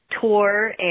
tour